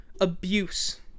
Abuse